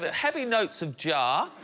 but heavy notes of jar